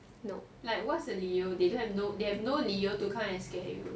like what's the 理由 they have no 理由 to come and stay